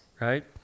right